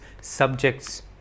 subjects